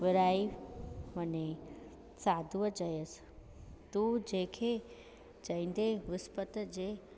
विरिहाइ वञे साधूअ चयुसिं तूं जंहिंखे चईंदे विस्पति जे